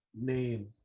name